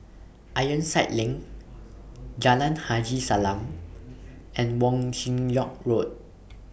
Ironside LINK Jalan Haji Salam and Wong Chin Yoke Road